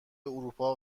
اروپا